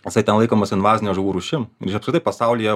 jisai ten laikomas invazine žuvų rūšim ir apskritai pasaulyje